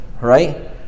right